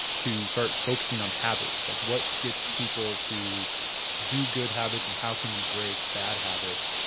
to start focusing on habits like what gets people to do good habits and how can you break bad habits.